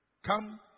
come